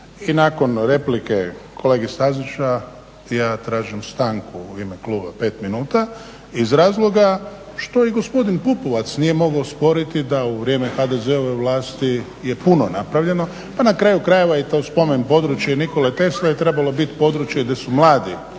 nakon replike kolege Stazića ja tražim stanku u ime kluba pet minuta, iz razloga što i gospodin Pupovac nije mogao osporiti da u vrijeme HDZ-ove vlasti je puno napravljeno. Pa na kraju krajeva i to spomen područje Nikole Tesle je trebalo biti područje gdje su mladi